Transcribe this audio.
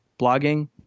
blogging